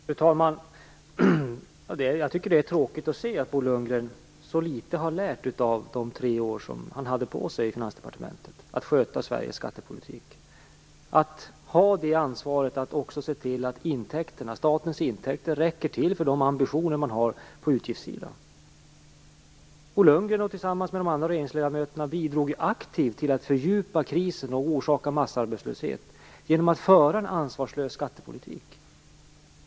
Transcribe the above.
Fru talman! Jag tycker att det tråkigt att se att Bo Lundgren har lärt så litet av de tre år som han hade på sig i Finansdepartementet att sköta Sveriges skattepolitik - att ha ansvaret att också se till att statens intäkter räcker till för de ambitioner som man har på utgiftssidan. Bo Lundgren bidrog tillsammans med de andra regeringsledamöterna aktivt till att fördjupa krisen och orsaka massarbetslöshet genom att föra en ansvarslös skattepolitik.